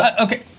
Okay